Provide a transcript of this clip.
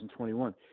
2021